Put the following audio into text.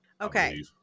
Okay